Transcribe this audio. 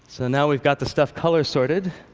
so now we've got the stuff color-sorted,